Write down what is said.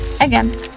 again